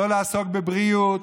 לא לעסוק בבריאות,